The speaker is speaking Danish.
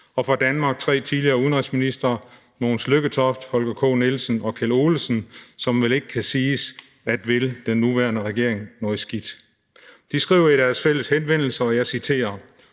og fra Danmark tre tidligere udenrigsministre, nemlig Mogens Lykketoft, Holger K. Nielsen og Kjeld Olesen, som vel ikke kan siges at ville den nuværende regering noget skidt. De skriver i deres fælles henvendelse, og jeg citerer: